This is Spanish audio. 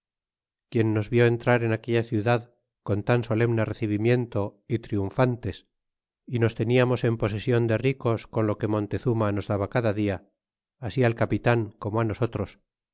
quien nos vi entrar en aquella ciudad con tan solemne recibimiento y triunfantes y nos teniatilos en posesion de ricos con lo que montezuma nos daba cada día así al capitan como nosotros